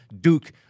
Duke